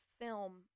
film